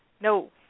No